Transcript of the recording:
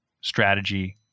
strategy